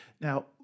Now